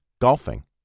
golfing